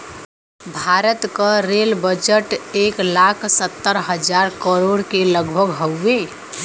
भारत क rail budget एक लाख सत्तर हज़ार करोड़ के लगभग हउवे